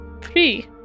Three